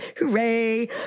hooray